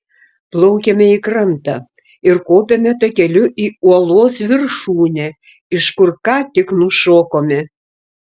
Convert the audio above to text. plaukiame į krantą ir kopiame takeliu į uolos viršūnę iš kur ką tik nušokome